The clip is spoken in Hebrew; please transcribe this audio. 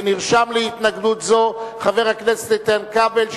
ונרשם להתנגדות זו חבר הכנסת איתן כבל,